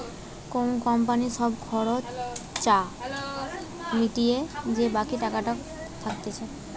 কোন কোম্পানির সব খরচা মিটিয়ে যে বাকি টাকাটা থাকতিছে